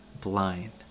blind